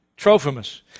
Trophimus